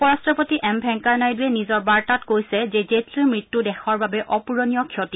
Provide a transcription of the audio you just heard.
উপৰট্টপতি এম ভেংকায়া নাইডুৱে নিজৰ বাৰ্তাত কৈছে যে জেটলীৰ মৃত্যু দেশৰ বাবে অপূৰণীয় ক্ষতি